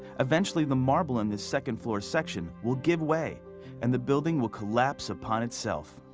eventually the marble in this second floor section will give way and the building will collapse upon itself.